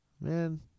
Man